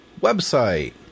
website